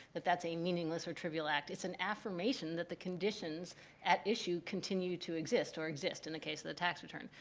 that that's a meaningless or trivial act. it's an affirmation that the conditions at issue continue to exist, or exist in the case of the tax return.